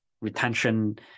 retention